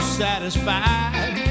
satisfied